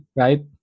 right